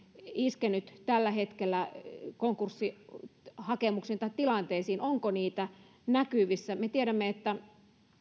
iskenyt tällä hetkellä konkurssihakemuksiin tai tilanteisiin onko niitä näkyvissä me tiedämme että